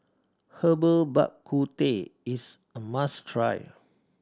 Herbal Bak Ku Teh is a must try